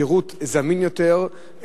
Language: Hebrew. שירות זמין יותר,